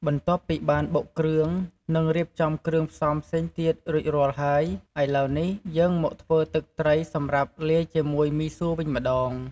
បន្ទាប់ពីបានបុកគ្រឿង និងរៀបចំគ្រឿងផ្សំផ្សេងទៀតរួចរាល់ហើយ ឥឡូវនេះ យើងមកធ្វើទឹកត្រីសម្រាប់លាយជាមួយមីសួរវិញម្ដង។